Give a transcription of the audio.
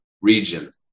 region